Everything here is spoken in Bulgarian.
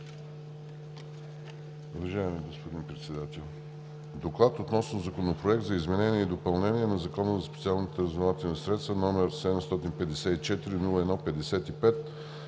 Доклад относно Законопроект за изменение и допълнение на Закона за специалните разузнавателни средства, № 754-01-55,